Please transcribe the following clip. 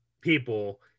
people